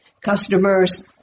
customers